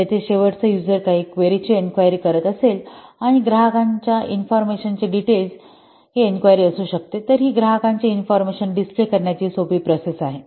तर येथे शेवटचा यूजरकाही क्वेरी ची इन्क्वायरी करत असेल आणि ग्राहकांच्या इन्फॉर्मेशनचे डिटेल्स ही इन्क्वायरी असू शकते तर हि ग्राहकांची इन्फॉर्मेशन डिस्प्ले करण्याची सोपी प्रोसेसआहे